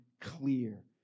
clear